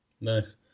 Nice